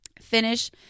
Finish